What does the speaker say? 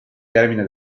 termine